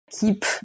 keep